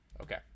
okay